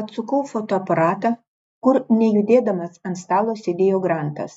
atsukau fotoaparatą kur nejudėdamas ant stalo sėdėjo grantas